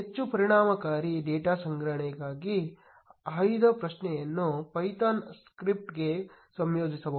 ಹೆಚ್ಚು ಪರಿಣಾಮಕಾರಿ ಡೇಟಾ ಸಂಗ್ರಹಣೆಗಾಗಿ ಆಯ್ದ ಪ್ರಶ್ನೆಯನ್ನು ಪೈಥಾನ್ ಸ್ಕ್ರಿಪ್ಟ್ಗೆ ಸಂಯೋಜಿಸಬಹುದು